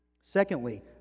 Secondly